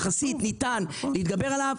יחסית ניתן להתגבר עליו.